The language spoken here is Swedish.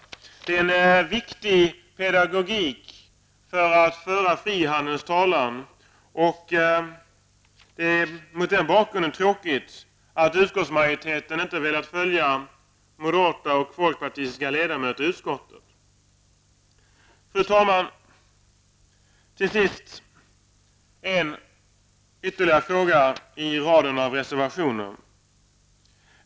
Det är viktig pedagogik i arbetet på att föra i frihandelns talan. Det är mot denna bakgrund tråkigt att utskottsmajoriteten inte har velat följa moderata och folkpartistiska ledamöter i utskottet. Fru talman! Till sist ytterligare en fråga i raden av reservationer.